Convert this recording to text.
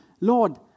Lord